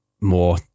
more